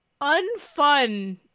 unfun